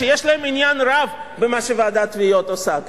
שיש להם עניין רב במה שוועידת התביעות עושה,